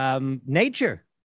Nature